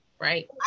Right